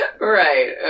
Right